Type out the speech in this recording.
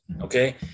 okay